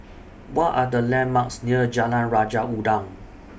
What Are The landmarks near Jalan Raja Udang